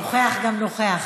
נוכח גם נוכח.